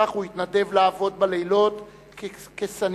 כך הוא התנדב לעבוד בלילות כסניטר,